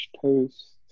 toast